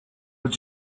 were